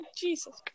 Jesus